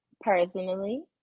Personally